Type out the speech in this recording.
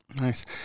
Nice